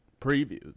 preview